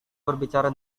berbicara